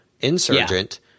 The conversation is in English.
Insurgent